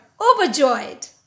overjoyed